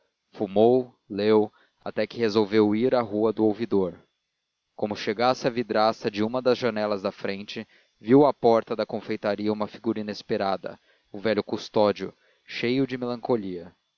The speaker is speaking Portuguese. fumou leu até que resolveu ir à rua do ouvidor como chegasse à vidraça de uma das janelas da frente viu à porta da confeitaria uma figura inesperada o velho custódio cheio de melancolia